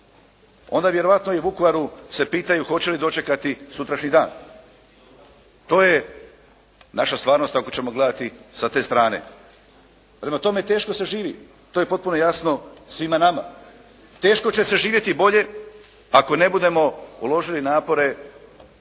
Onda vjerojatno i u Vukovaru se pitaju hoće li dočekati sutrašnji dan. To je naša stvarnost ako ćemo gledati sa te strane. Prema tome, teško se živi. To je potpuno jasno svima nama. Teško će se živjeti i bolje ako ne budemo uložili napore vezano